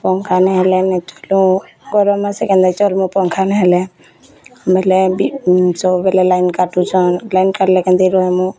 ପଙ୍ଖା ନେଇ ହେଲେ ନେଇ ଚଲୁ ଗରମ୍ ହେସି କେନ୍ତା କି ଚଲ୍ ମୁଁ ପଙ୍ଖା ନେଇ ହେଲେ ବେଲେ ସବୁବେଲେ ଲାଇନ୍ କାଟୁଛନ୍ ଲାଇନ୍ କାଟଲେ କେନ୍ତି ରହେମୁଁ